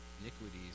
iniquities